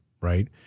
right